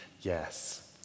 Yes